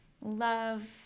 love